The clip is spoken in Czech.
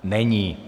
Není.